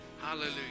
Hallelujah